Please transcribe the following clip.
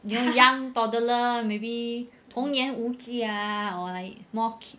you know young toddler maybe 童言无忌 ah or like more